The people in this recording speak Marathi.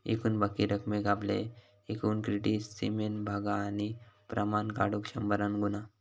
एकूण बाकी रकमेक आपल्या एकूण क्रेडीट सीमेन भागा आणि प्रमाण काढुक शंभरान गुणा